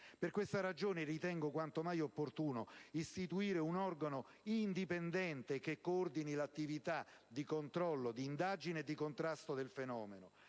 Per questa ragione ritengo quanto mai opportuno istituire un organo indipendente che coordini l'attività di indagine e di contrasto del fenomeno,